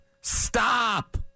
stop